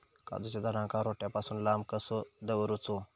काजूच्या झाडांका रोट्या पासून लांब कसो दवरूचो?